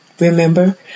Remember